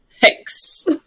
Thanks